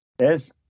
Yes